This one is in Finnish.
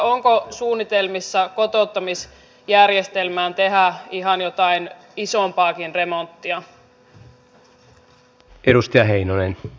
onko suunnitelmissa tehdä kotouttamisjärjestelmään ihan jotain isompaakin remonttia